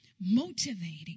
motivating